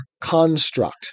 construct